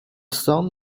son